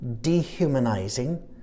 dehumanizing